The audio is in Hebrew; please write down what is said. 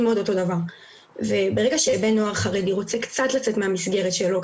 מאוד אותו דבר וברגע שבן נוער חרדי רוצה קצת לצאת מהמסגרת שלו,